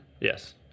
Yes